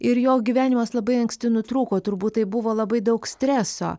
ir jo gyvenimas labai anksti nutrūko turbūt tai buvo labai daug streso